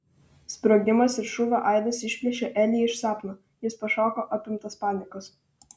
sprogimas ir šūvio aidas išplėšė elį iš sapno jis pašoko apimtas panikos